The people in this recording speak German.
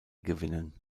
gewinnen